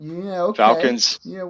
Falcons